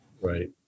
Right